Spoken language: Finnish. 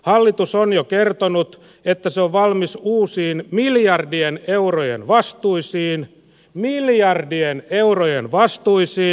hallitus on jo kertonut että se on valmis uusiin miljardien eurojen vastuisiin miljardien eurojen vastuisiin